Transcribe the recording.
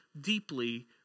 deeply